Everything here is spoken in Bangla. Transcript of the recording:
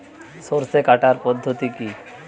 সরষে কাটার পদ্ধতি কি?